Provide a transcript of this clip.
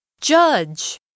Judge